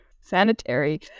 sanitary